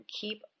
keep